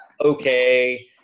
okay